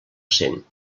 cent